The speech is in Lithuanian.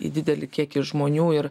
į didelį kiekį žmonių ir